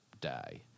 die